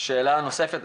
שאלה נוספת,